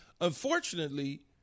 unfortunately